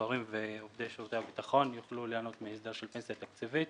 סוהרים ועובדי שירותי הביטחון יוכלו ליהנות מהסדר של פנסיה תקציבית